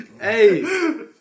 Hey